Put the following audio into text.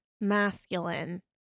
masculine